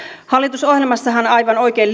hallitusohjelmassahan aivan oikein